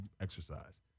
exercise